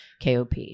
KOP